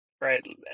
right